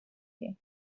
you